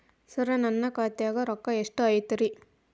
ಸರ ನನ್ನ ಖಾತ್ಯಾಗ ರೊಕ್ಕ ಎಷ್ಟು ಐತಿರಿ?